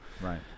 right